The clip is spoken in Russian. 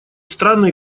странный